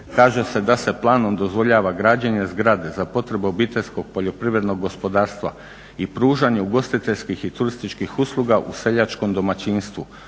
kaže se da se planom dozvoljava građenje zgrade za potrebu obiteljskog poljoprivrednog gospodarstva i pružanje ugostiteljskih i turističkih usluga u seljačkom domaćinstvu,